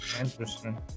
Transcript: Interesting